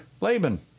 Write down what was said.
Laban